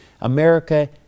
America